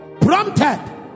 Prompted